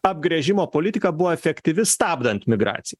apgręžimo politika buvo efektyvi stabdant migraciją